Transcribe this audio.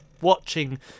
watching